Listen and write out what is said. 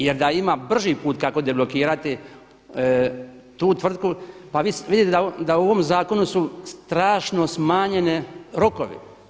Jer da ima brži put kako deblokirati tu tvrtku, pa vidite da u ovom zakonu su strašno smanjeni rokovi.